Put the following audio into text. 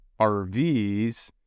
RVs